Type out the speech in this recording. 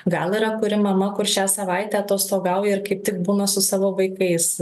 gal yra kuri mama kur šią savaitę atostogauja ir kaip tik būna su savo vaikais